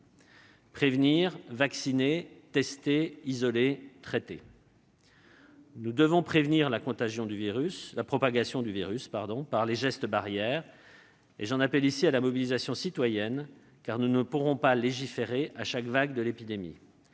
prévenir, vacciner, tester, isoler, traiter. Nous devons prévenir la propagation du virus par les gestes barrières. J'appelle ici à la mobilisation citoyenne, car nous ne pourrons pas légiférer à chaque vague de l'épidémie.